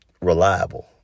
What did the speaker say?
reliable